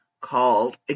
called